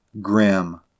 Grim